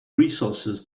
resources